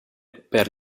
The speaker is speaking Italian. per